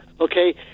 Okay